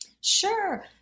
Sure